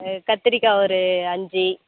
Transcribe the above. கத்திரிக்காய் ஒரு அஞ்சு